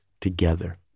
together